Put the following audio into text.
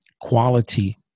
quality